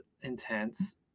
intense